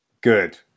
good